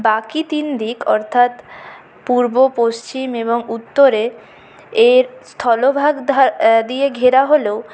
বাকি তিন দিক অর্থাৎ পূর্ব পশ্চিম এবং উত্তরে এর স্থলভাগ ধা দিয়ে ঘেরা হলেও